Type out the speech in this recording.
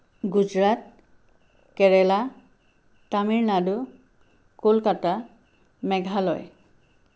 Gujarat Kerala Tamil Nadu Kolkata Meghalaya